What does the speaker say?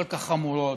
כל כך חמורות,